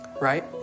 Right